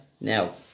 Now